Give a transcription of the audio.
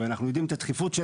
אנחנו יודעים את הדחיפות שלהם.